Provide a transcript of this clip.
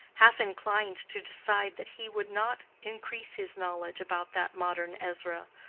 half inclined to decide that he would not increase his knowledge about that modern ezra,